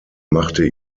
machte